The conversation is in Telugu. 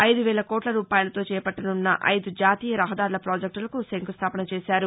ఐదు వేల కోట్ల రూపాయలతో చేపట్లనున్న ఐదు జాతీయ రహదార్ల పాజెక్టులకు శంకుస్టాపన చేశారు